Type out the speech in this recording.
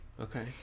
Okay